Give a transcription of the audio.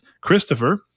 Christopher